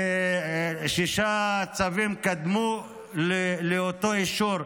ושישה צווים קדמו לאותו אישור.